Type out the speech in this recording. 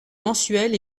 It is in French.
mensuel